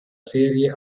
serie